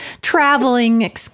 traveling